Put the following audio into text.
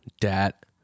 dat